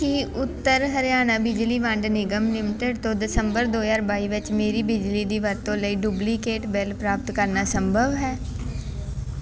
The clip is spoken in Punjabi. ਕੀ ਉੱਤਰ ਹਰਿਆਣਾ ਬਿਜਲੀ ਵੰਡ ਨਿਗਮ ਲਿਮਟਿਡ ਤੋਂ ਦਸੰਬਰ ਦੋ ਹਜ਼ਾਰ ਬਾਈ ਵਿੱਚ ਮੇਰੀ ਬਿਜਲੀ ਦੀ ਵਰਤੋਂ ਲਈ ਡੁਪਲੀਕੇਟ ਬਿੱਲ ਪ੍ਰਾਪਤ ਕਰਨਾ ਸੰਭਵ ਹੈ